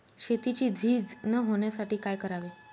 शेतीची झीज न होण्यासाठी काय करावे?